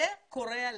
זה קורע לב.